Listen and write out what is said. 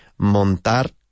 montar